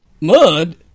Mud